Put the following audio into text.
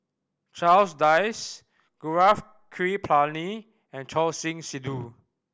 Charles Dyce Gaurav Kripalani and Choor Singh Sidhu